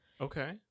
Okay